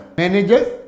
managers